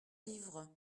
livres